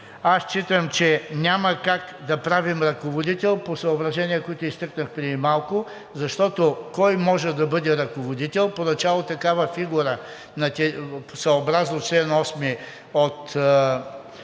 аз считам, че няма как да правим ръководител по съображения, които изтъкнах преди малко, защото кой може да бъде ръководител, поначало такава фигура съобразно чл. 8 от